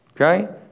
Okay